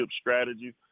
strategy